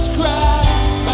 Christ